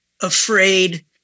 afraid